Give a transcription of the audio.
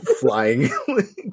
flying